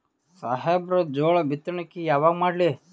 ಸಾಹೇಬರ ಜೋಳ ಬಿತ್ತಣಿಕಿ ಯಾವಾಗ ಮಾಡ್ಲಿ?